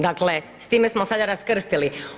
Dakle s time smo sada raskrstili.